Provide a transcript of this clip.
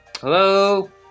Hello